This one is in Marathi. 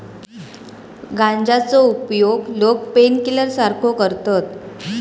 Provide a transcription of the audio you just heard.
गांजाचो उपयोग लोका पेनकिलर सारखो करतत